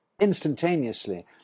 instantaneously